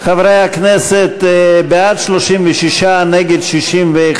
חברי הכנסת, בעד, 36, נגד, 61,